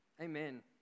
Amen